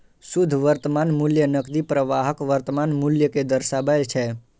शुद्ध वर्तमान मूल्य नकदी प्रवाहक वर्तमान मूल्य कें दर्शाबै छै